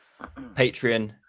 Patreon